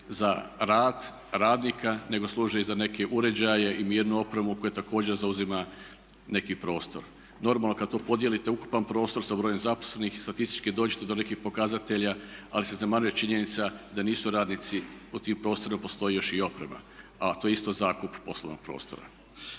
za rad radnika nego služe i za neke uređaje i mirnu opremu koja također zauzima neki prostor. Normalno kada to podijelite ukupan prostor sa brojem zaposlenih statistički dođete do nekih pokazatelja ali se zanemaruje činjenica da nisu radnici, u tim prostorima postoji još i oprema a to je isto zakup poslovnog prostora.